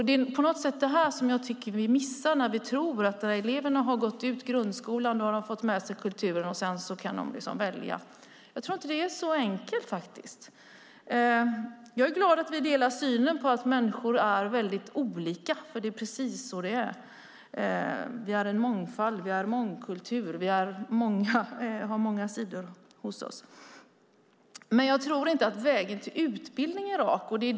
Det är detta vi missar när vi tror att de elever som gått ut grundskolan har fått med sig kultur och kan välja. Jag tror inte att det är så enkelt. Jag är glad att vi delar synen att människor är olika. Så är det. Vi är en mångfald, vi är en mångkultur och vi har många sidor i oss. Jag tror dock inte att vägen till utbildning är rak.